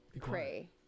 pray